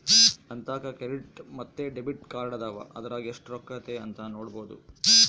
ನಂತಾಕ ಕ್ರೆಡಿಟ್ ಮತ್ತೆ ಡೆಬಿಟ್ ಕಾರ್ಡದವ, ಅದರಾಗ ಎಷ್ಟು ರೊಕ್ಕತೆ ಅಂತ ನೊಡಬೊದು